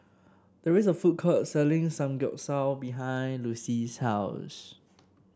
there is a food court selling Samgyeopsal behind Lucy's house